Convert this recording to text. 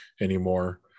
anymore